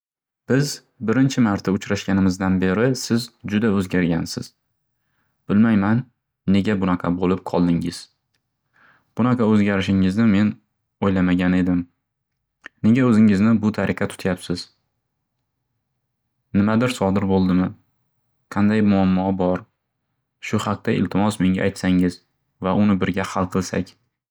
Biz birinchi marta uchrashganimizdan beri siz juda o'zgargansiz. Bilmayman, nega bunaqa bo'lib qoldingiz? Bunaqa o'zgarishingizni men o'ylamagan edim. Nega o'zingizni bu tariqa tutyabsiz? Nimadir sodir bo'ldimi? Qanday muammo bor? Shu haqda iltimos menga aytsangiz va uni birga hal qilsak.